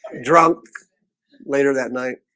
drunk later that night